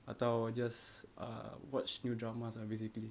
atau just uh watch new dramas lah basically